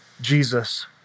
Jesus